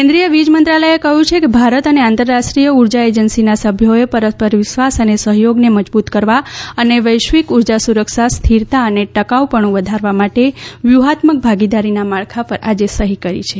કેન્દ્રીય વીજ મંત્રાલયે કહ્યું છે કે ભારત અને આંતરરાષ્ટ્રીય ઉર્જા એજન્સીના સભ્યોએ પરસ્પર વિશ્વાસ અને સહયોગને મજબૂત કરવા અને વૈશ્વિક ઊર્જા સુરક્ષા સ્થિરતા અને ટકાઉપણું વધારવા માટે વ્યૂહાત્મક ભાગીદારીના માળખા પર આજે સહી કરી છે